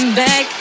back